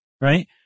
right